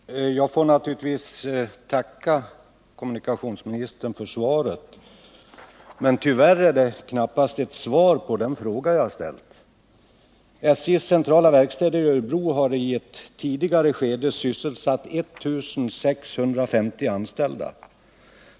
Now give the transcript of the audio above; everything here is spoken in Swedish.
Herr talman! Jag får naturligtvis tacka kommunikationsministern för svaret, men tyvärr är det knappast ett svar på den fråga som jag ställde. SJ:s centrala verkstäder i Örebro har i ett tidigare skede sysselsatt 1 650 anställda.